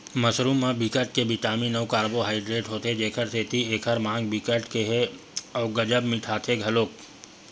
mushroom म बिकट के बिटामिन अउ कारबोहाइडरेट होथे जेखर सेती एखर माग बिकट के ह अउ गजब मिटाथे घलोक